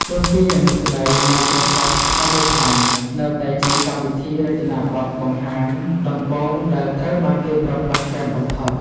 ទោះជាយ៉ាងនោះក្ដី Microsoft PowerPoint នៅតែជាកម្មវិធីរចនាបទបង្ហាញដំបូងដែលត្រូវបានគេប្រើប្រាស់ច្រើនបំផុត។